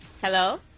Hello